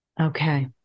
Okay